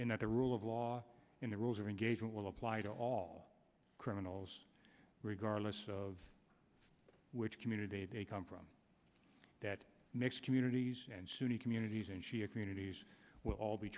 that the rule of law in the rules of engagement will apply to all criminals regardless of which community they come from that mixed communities and sunni communities and shia communities will all be